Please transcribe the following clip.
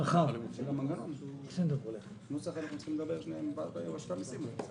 לגבי נוסח אנחנו צריכים לדבר עם רשות המסים.